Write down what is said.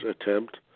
attempt